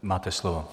Máte slovo.